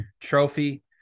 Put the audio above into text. trophy